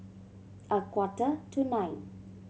a quarter to nine